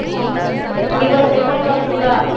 ஆ okay okay பரவாயில்ல check பண்ணி பார்க்கட்டுங்களா